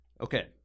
Okay